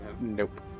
Nope